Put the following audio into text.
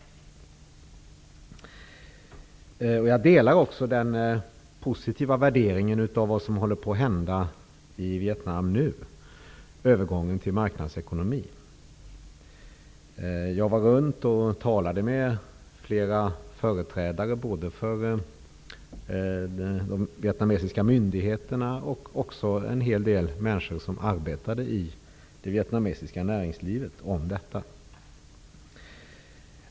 Jag delar också den positiva värderingen av vad om håller på att hända i Vietnam nu, med övergången till marknadsekonomi. Jag har varit runt och talat med flera företrädare för vietnamesiska myndigheter och en hel del människor som arbetar i det vietnamesiska näringslivet om detta.